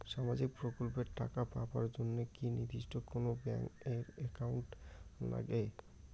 সামাজিক প্রকল্পের টাকা পাবার জন্যে কি নির্দিষ্ট কোনো ব্যাংক এর একাউন্ট লাগে?